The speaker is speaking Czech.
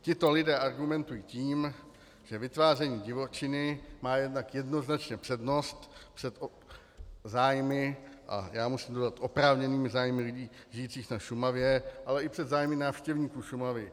Tito lidé argumentují tím, že vytváření divočiny má jednak jednoznačně přednost před zájmy já musím dodat oprávněnými zájmy lidí žijících na Šumavě, ale i před zájmy návštěvníků Šumavy.